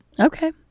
okay